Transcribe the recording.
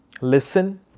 listen